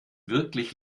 wirklich